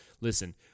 listen